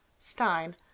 stein